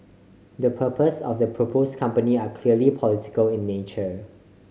the purpose of the propose company are clearly political in nature